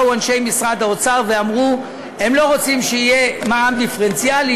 באו אנשי משרד האוצר ואמרו שהם לא רוצים שיהיה מע"מ דיפרנציאלי,